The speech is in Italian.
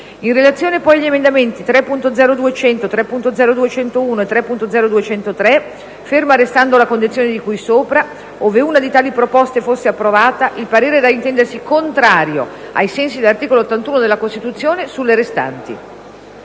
In relazione, poi, agli emendamenti 3.0.200, 3.0.201 e 3.0.203 (ferma restando la condizione di cui sopra), ove una di tali proposte fosse approvata, il parere è da intendersi contrario, ai sensi dell'articolo 81 della Costituzione, sulle restanti».